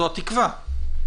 זו התקווה.